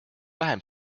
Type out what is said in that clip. vähem